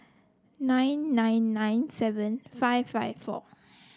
nine nine nine seven five five four